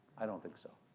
i don't think so.